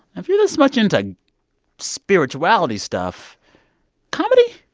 if you're this much into spirituality stuff comedy?